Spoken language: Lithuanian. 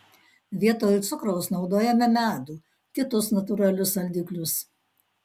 vietoj cukraus naudojame medų kitus natūralius saldiklius